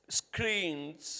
screens